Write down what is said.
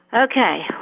okay